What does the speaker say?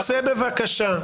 צא בבקשה.